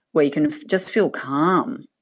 where you can just feel calm.